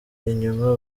inyuma